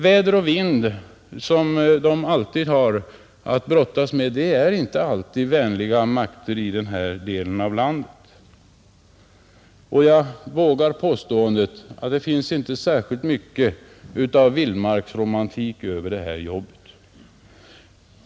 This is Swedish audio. Väder och vind, som de ständigt har att brottas med, är inte alltid vänliga makter i den delen av landet. Jag vågar påståendet att det inte ligger särskilt mycket av vildmarkslivets romantik över det här arbetet.